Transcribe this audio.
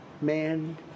Man